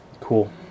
Cool